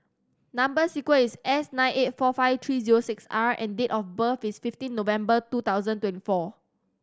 number sequence is S nine eight four five three zero six R and date of birth is fifteen November two thousand twenty four